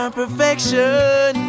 perfection